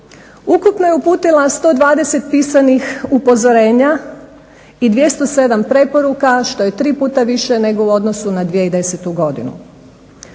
Ukupno je uputila 120 pisanih upozorenja i 207 preporuka što je tri puta više nego u odnosu na 2010. godinu.